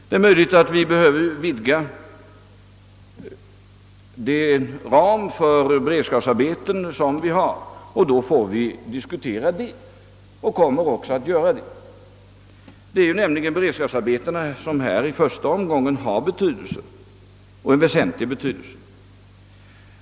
Det är möjligt att vi behöver vidga ramen för beredskapsarbeten — den saken kommer vi att diskutera. Det är nämligen beredskapsarbetena som härvidlag i första omgången har väsentlig betydelse.